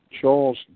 Charles